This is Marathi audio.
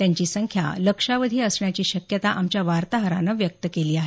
त्यांची संख्या लक्षावधी असण्याची शक्यता आमच्या वार्ताहरानं व्यक्त केली आहे